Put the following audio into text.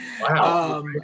Wow